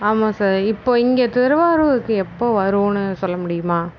ஆமாம் சார் இப்போ இங்கே திருவாரூர்க்கு எப்போ வருவோன்னு சொல்ல முடியுமா